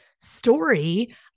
story